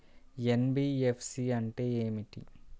NBFC అంటే ఏమిటి?